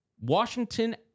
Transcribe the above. Washington